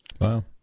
Wow